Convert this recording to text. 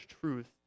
truth